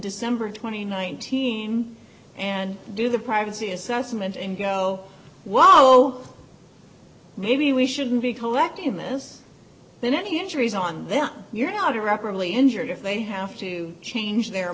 december th teens and do the privacy assessment and go whoa maybe we shouldn't be collecting this then any injuries on that you're not irreparably injured if they have to change their